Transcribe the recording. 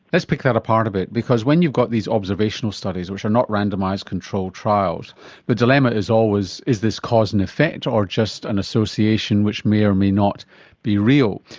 let's pick that apart a bit because when you've got these observational studies which are not randomised controlled trials the dilemma is always is this cause and effect or just an association which may or may not be real.